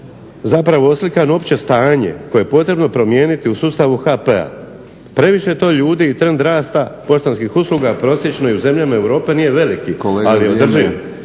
zapravo oslikano opće stanje koje je potrebno promijeniti u sustavu HP-a. Previše je to ljudi i trend rasta poštanskih usluga prosječno i u zemljama Europe nije veliki, ali držim